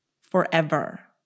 Forever